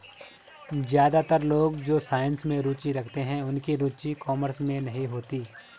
ज्यादातर लोग जो साइंस में रुचि रखते हैं उनकी रुचि कॉमर्स में नहीं होती